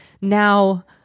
now